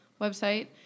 website